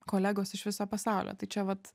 kolegos iš viso pasaulio tai čia vat